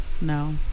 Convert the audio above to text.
no